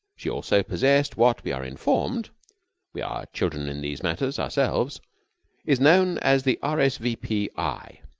she also possessed what, we are informed we are children in these matters ourselves is known as the r. s. v. p. eye.